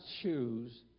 choose